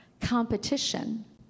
Competition